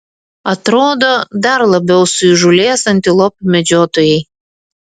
atrodo dar labiau suįžūlės antilopių medžiotojai